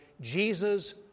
Jesus